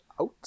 out